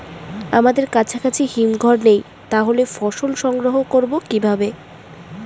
আমাদের কাছাকাছি হিমঘর নেই তাহলে ফসল সংগ্রহ করবো কিভাবে?